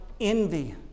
envy